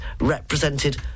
represented